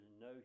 no